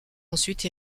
ensuite